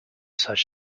such